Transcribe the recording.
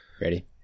ready